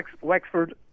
Wexford